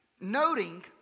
Noting